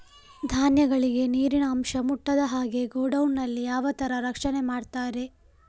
ಧಾನ್ಯಗಳಿಗೆ ನೀರಿನ ಅಂಶ ಮುಟ್ಟದ ಹಾಗೆ ಗೋಡೌನ್ ನಲ್ಲಿ ಯಾವ ತರ ರಕ್ಷಣೆ ಮಾಡ್ತಾರೆ?